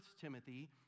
Timothy